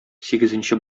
сигезенче